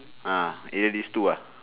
ah either this two uh